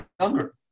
younger